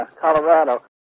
Colorado